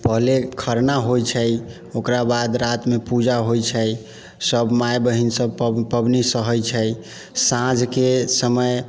पहिले खरना होइ छै ओकराबाद रातिमे पूजा होइ छै सब माय बहिन सब पबनी सहै छै साँझके समय